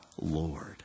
Lord